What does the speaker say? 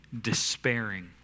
despairing